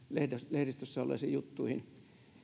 lehdistössä olleisiin juttuihin